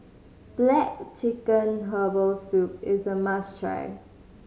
black chicken herbal soup is a must try